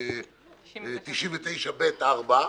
סעיף 99(ב)(4),